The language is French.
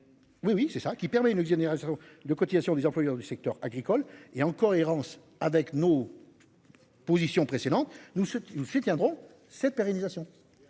Oui oui c'est ça qui permet une exonération de cotisations des employeurs du secteur agricole, et en cohérence avec nos. Positions précédentes nous ce qui nous soutiendrons cette pérennisation.